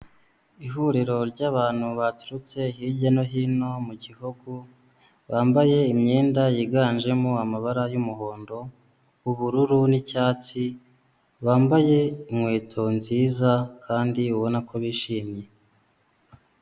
Ihuriro ry'abantu baturutse hirya no hino mu gihugu, bambaye imyenda yiganjemo amabara y'umuhondo, ubururu n'icyatsi. Bambaye inkweto nziza kandi ubona ko bishimye.